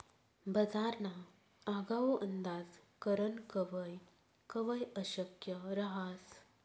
बजारना आगाऊ अंदाज करनं कवय कवय अशक्य रहास